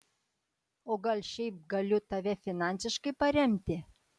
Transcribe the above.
o gal šiaip galiu tave finansiškai paremti